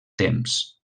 temps